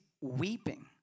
weeping